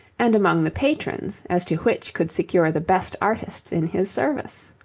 and among the patrons as to which could secure the best artists in his service.